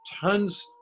Tons